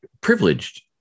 privileged